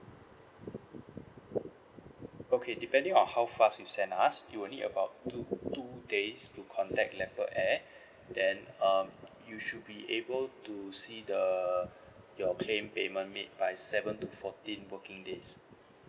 okay depending on how fast you send us it'll need about two two days to contact leopard air then um you should be able to see the your claim payment made by seven to fourteen working days